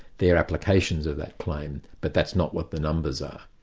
they're applications of that claim, but that's not what the numbers are.